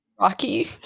Rocky